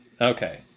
okay